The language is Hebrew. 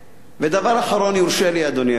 ודבר אחרון, אם יורשה לי, אדוני היושב-ראש,